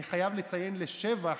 אני חייב לציין לשבח,